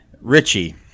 Richie